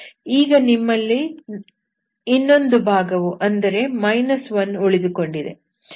ಈಗ ನಮ್ಮಲ್ಲಿ ಇನ್ನೊಂದು ಭಾಗವು ಅಂದರೆ 1 ಉಳಿದುಕೊಂಡಿದೆ